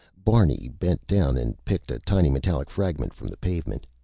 barney bent down and picked a tiny metallic fragment from the pavement.